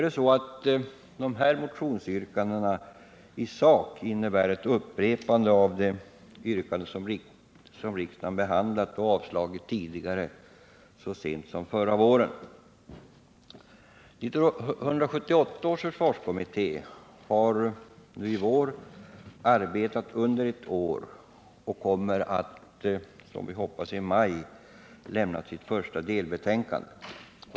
Dessa motionsyrkanden innebär i sak ett upprepande av yrkanden som riksdagen har behandlat och avslagit tidigare så sent som förra våren. 1978 års försvarskommitté har i vår arbetat under ett år och kommer, som vi hoppas, i maj att avlämna sitt första delbetänkande.